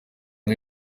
nka